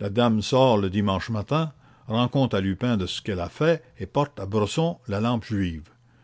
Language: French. la dame sort le dimanche matin rend compte à lupin de ce qu'elle a fait et porte à bresson la lampe juive